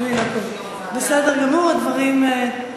אוקיי, אז אתה רוצה להעביר לוועדת חוץ וביטחון.